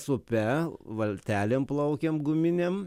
su upe valtelėm plaukėm guminėm